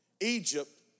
Egypt